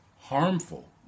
harmful